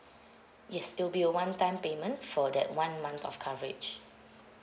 yes it will be a one time payment for that one month of coverage